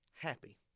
happy